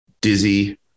dizzy